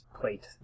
plate